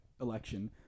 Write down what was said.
election